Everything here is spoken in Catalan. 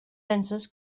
penses